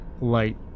light